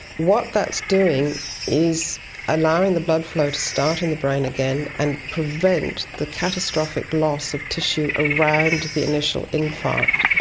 what that's doing is allowing the blood flow to start in the brain again and prevent the catastrophic loss of tissue around the initial infarct.